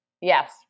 yes